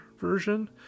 version